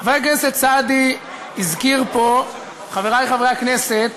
חבר הכנסת סעדי הזכיר פה, חברי חברי הכנסת,